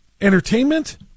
entertainment